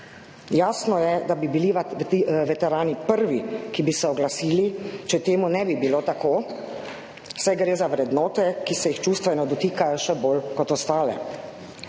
Jasno je, da bi bili veterani prvi, ki bi se oglasili, če to ne bi bilo tako, saj gre za vrednote, ki se jih čustveno dotikajo še bolj kot ostale.